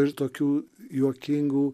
ir tokių juokingų